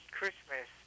Christmas